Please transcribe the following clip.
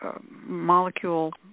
molecule